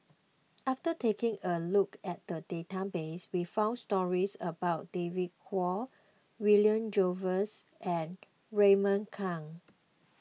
after taking a look at the database we found stories about David Kwo William Jervois and Raymond Kang